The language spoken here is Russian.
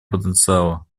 потенциала